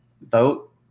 Vote